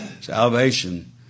Salvation